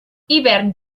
hivern